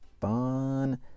fun